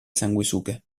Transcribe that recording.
sanguisughe